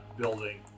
building